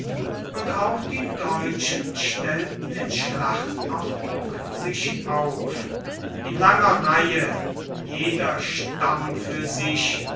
und auch die deutschen stellten in schlachtordnung sich auf in langer linie jeder stamm für sich